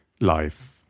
life